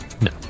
No